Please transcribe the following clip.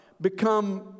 become